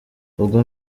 ubwo